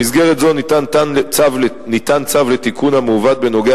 במסגרת זו ניתן צו לתיקון המעוות בנוגע